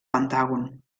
pentàgon